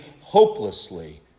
hopelessly